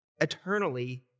eternally